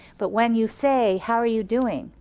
but when you say, how are you doing?